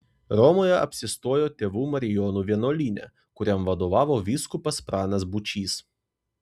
romoje apsistojo tėvų marijonų vienuolyne kuriam vadovavo vyskupas pranas būčys